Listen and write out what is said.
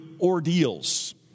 ordeals